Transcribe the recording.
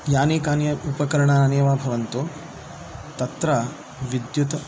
यानि कान्यपि उपकरणानि वा भवन्तु तत्र विद्युत्